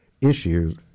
issues